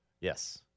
Yes